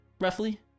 roughly